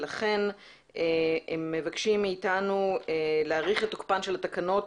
לכן הם מבקשים מאתנו להאריך את תוקפן של התקנות